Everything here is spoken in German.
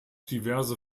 diverse